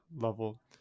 level